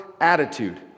attitude